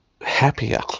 happier